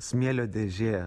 smėlio dėžė